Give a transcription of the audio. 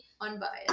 Unbiased